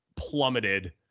plummeted